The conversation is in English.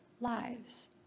lives